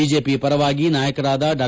BJP ಪರವಾಗಿ ನಾಯಕರಾದ ಡಾ